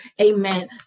amen